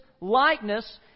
likeness